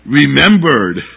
remembered